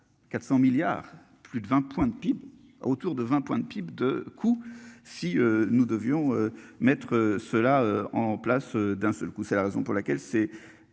400 milliards, plus de 20 points de PIB autour de 20 points de PIB de coups. Si nous devions mettre cela en place d'un seul coup, c'est la raison pour laquelle c'est